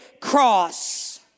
cross